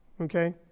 okay